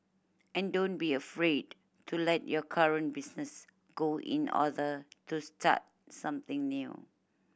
and don't be afraid to let your current business go in order to start something new